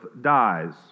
dies